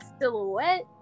silhouette